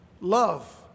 Love